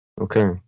Okay